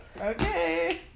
Okay